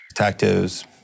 detectives